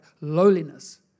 lowliness